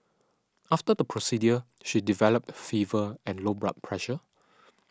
after the procedure she developed fever and low blood pressure